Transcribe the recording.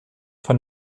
von